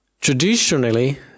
Traditionally